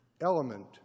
element